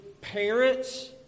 parents